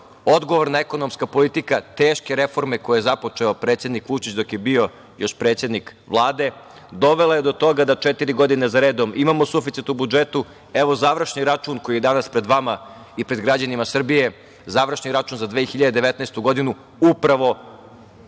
odgovorna ekonomska politika, teške reforme koje je započeo predsednik Vučić, dok je bio još predsednik Vlade, dovela je do toga da četiri godine zaredom imamo suficit u budžetu. Evo, završni račun koji je danas pred vama i pred građanima Srbije, završni račun za 2019. godinu, upravo to